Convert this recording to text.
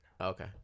Okay